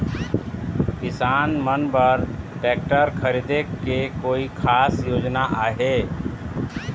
किसान मन बर ट्रैक्टर खरीदे के कोई खास योजना आहे?